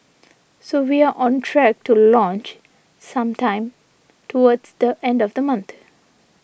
so we're on track to launch sometime towards the end of the month